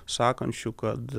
sakančių kad